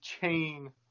chain